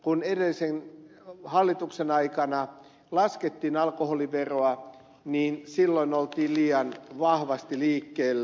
kun edellisen hallituksen aikana laskettiin alkoholiveroa oltiin liian vahvasti liikkeellä